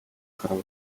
гаран